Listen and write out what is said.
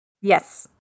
Yes